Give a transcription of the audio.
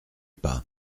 pas